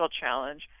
challenge